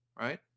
right